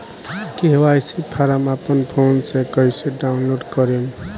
KYC form अपना phone मे कइसे डाऊनलोड करेम?